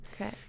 Okay